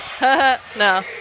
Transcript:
No